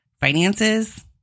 finances